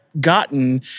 gotten